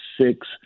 six